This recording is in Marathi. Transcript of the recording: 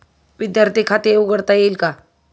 विद्यार्थी खाते उघडता येईल का?